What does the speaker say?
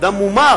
אדם מומר.